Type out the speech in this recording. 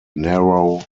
narrow